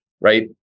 right